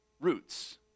roots